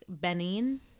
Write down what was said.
Benin